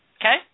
Okay